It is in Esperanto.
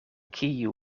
kiu